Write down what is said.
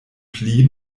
pli